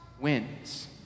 wins